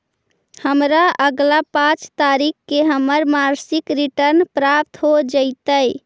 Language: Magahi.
हमरा अगला पाँच तारीख के हमर मासिक रिटर्न प्राप्त हो जातइ